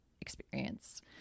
experience